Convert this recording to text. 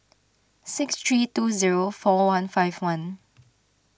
six three two zero four one five one